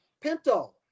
Pinto